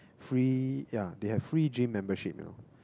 free ya they have free gym membership you know